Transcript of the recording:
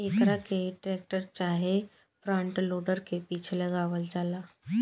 एकरा के टेक्टर चाहे फ्रंट लोडर के पीछे लगावल जाला